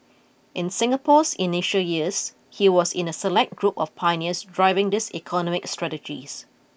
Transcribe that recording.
in Singapore's initial years he was in a select group of pioneers driving this economic strategies